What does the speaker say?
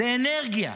זה אנרגיה.